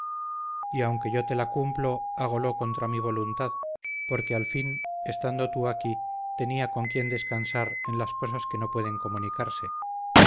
y aunque yo te la cumplo hagolo contra mi voluntad porque al fin estando tú aquí tenía con quien descansar en las cosas que no pueden comunicarse